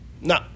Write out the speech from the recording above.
no